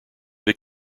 have